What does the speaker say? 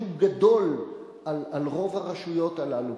שהוא גדול על רוב הרשויות הללו,